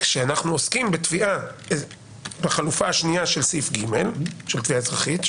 כשאנחנו עוסקים בחלופה השנייה של סעיף ג' של תביעה אזרחית,